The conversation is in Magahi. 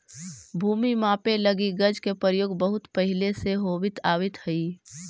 भूमि मापे लगी गज के प्रयोग बहुत पहिले से होवित आवित हइ